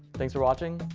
thanks for watching